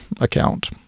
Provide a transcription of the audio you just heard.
account